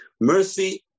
Mercy